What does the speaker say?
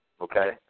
Okay